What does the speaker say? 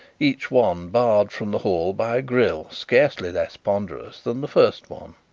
each one barred from the hall by a grille scarcely less ponderous than the first one.